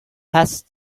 hash